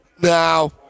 Now